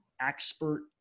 expert